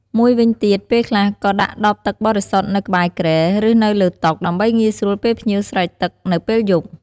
មួយវិញទៀត ពេលខ្លះក៏ដាក់ដបទឹកសុទ្ធ នៅក្បែរគ្រែ ឬ នៅលើតុ ដើម្បីងាយស្រួលពេលភ្ញៀវស្រេកទឹកនៅពេលយប់។